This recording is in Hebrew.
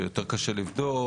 שיותר קשה לבדוק,